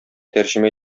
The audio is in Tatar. тәрҗемә